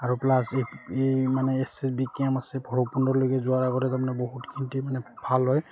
আৰু প্লাছ এই এই মানে এছ এছ বি কেম্প আছে ভৈৰৱকুণ্ডলৈকে যোৱাৰ আগতে তাৰমানে বহুতখিনিতেই মানে ভাল হয়